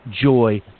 joy